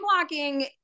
blocking